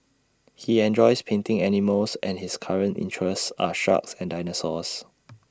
he enjoys painting animals and his current interests are sharks and dinosaurs